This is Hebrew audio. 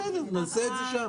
בסדר, נעשה את זה שם.